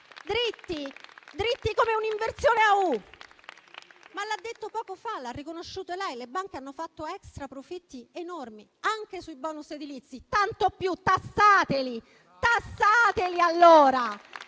dritti come un'inversione a U. L'ha detto poco fa, l'ha riconosciuto lei stessa: le banche hanno fatto extraprofitti enormi anche sui *bonus* edilizi. Tanto più: tassateli allora.